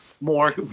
more